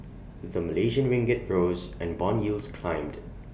the Malaysian ringgit rose and Bond yields climbed